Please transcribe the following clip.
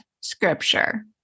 scripture